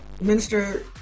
minister